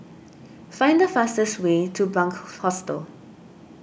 find the fastest way to Bunc Hostel